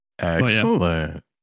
excellent